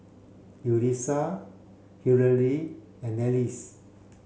Yulisa Hillery and Acie